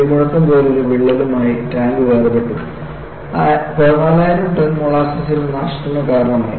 ഇടിമുഴക്കം പോലൊരു വിള്ളലും ആയി ടാങ്ക് വേർപെട്ടു 14000 ടൺ മോളാസസുകൾ നാശത്തിന് കാരണമായി